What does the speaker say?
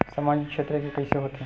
सामजिक क्षेत्र के कइसे होथे?